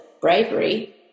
bravery